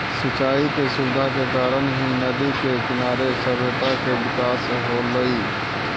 सिंचाई के सुविधा के कारण ही नदि के किनारे सभ्यता के विकास होलइ